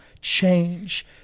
change